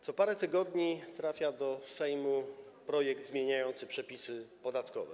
Co parę tygodni trafia do Sejmu projekt zmieniający przepisy podatkowe.